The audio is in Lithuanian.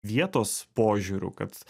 vietos požiūriu kad